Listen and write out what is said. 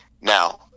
Now